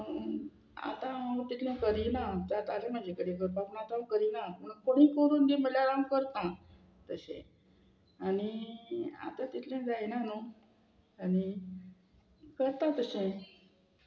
आतां हांव तितलें करिना जातालें म्हजे कडेन करपाक पूण आतां हांव करिना पूण कोणीय करून दी म्हळ्यार हांव करतां तशें आनी आतां तितलें जायना न्हू आनी करता तशें